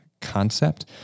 concept